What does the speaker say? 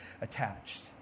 attached